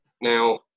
Now